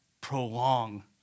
prolong